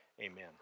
amen